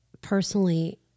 personally